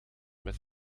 met